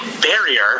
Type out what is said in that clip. barrier